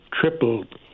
tripled